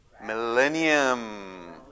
millennium